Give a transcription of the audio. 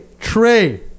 Trey